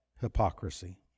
hypocrisy